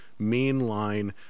mainline